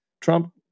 trump